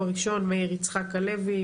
הראשון מאיר יצחק הלוי,